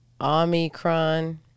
Omicron